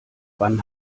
wann